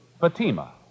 Fatima